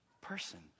person